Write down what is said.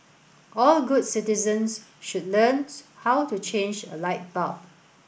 all good citizens should learn how to change a light bulb